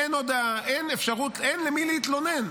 אין הודעה, אין למי להתלונן.